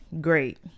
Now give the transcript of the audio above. great